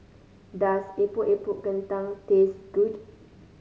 does Epok Epok Kentang taste good